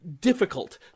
difficult